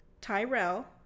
Tyrell